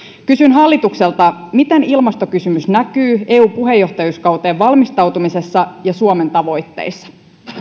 kysyn hallitukselta miten ilmastokysymys näkyy eu puheenjohtajuuskauteen valmistautumisessa ja suomen tavoitteissa